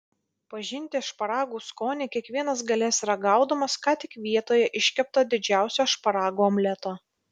pažinti šparagų skonį kiekvienas galės ragaudamas ką tik vietoje iškepto didžiausio šparagų omleto